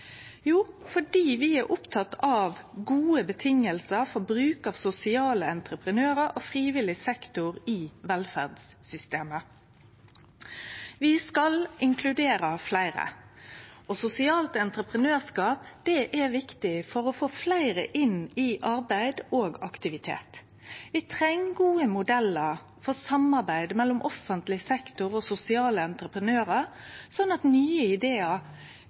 frivillig sektor i velferdssystemet. Vi skal inkludere fleire, og sosialt entreprenørskap er viktig for å få fleire inn i arbeid og aktivitet. Vi treng gode modellar for samarbeid mellom offentleg sektor og sosiale entreprenørar, slik at nye idear